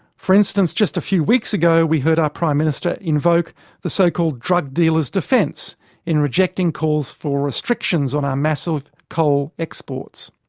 for instance just a few weeks ago we heard our prime minister invoked the so-called drug-dealer's defence in rejecting calls for restrictions on our massive coal exports.